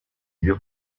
byo